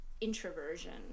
introversion